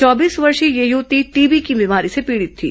चौबीस वर्षीय यह युवती टीर्वी की बीमारी से पीड़ित थी